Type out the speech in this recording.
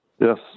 yes